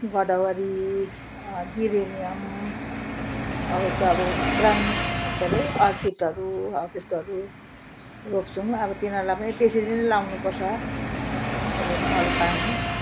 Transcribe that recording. गदावरी geranium अब यस्तो अब ग्राङ के अरे अर्किडहरू हौ त्यस्तोहरू रोप्छौँ अब तिनीहरूलाई पनि त्यसरी नै लगाउनुपर्छ के अरे मल पानी